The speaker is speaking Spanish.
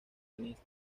tenista